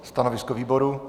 Stanovisko výboru?